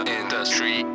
industry